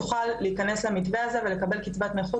יוכל להיכנס למתווה הזה ולקבל קצבת נכות,